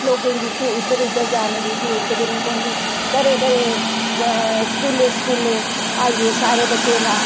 लोकें गी इधर उधर जाने दी जरुरत नेईं पोंदी घरे घरे स्कूले स्कूले आइयै सारे बच्चे दे नांऽ